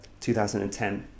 2010